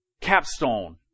capstone